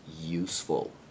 useful